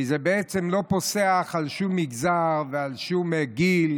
כי זה לא פוסח על שום מגזר, על שום גיל